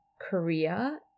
Korea